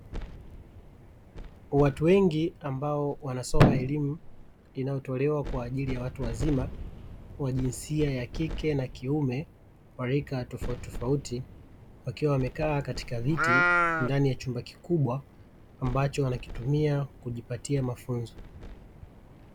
Watu wengi ambao wanasoma elimu, inayo tolewa kwa ajili ya watu wazima wa jinsia ya kike na kiume, wa rika tofauti tofauti, wakiwa wamekaa katika viti ndani ya chumba kikubwa, ambacho wanakitumia kujipatia mafunzo.